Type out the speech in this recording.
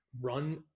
run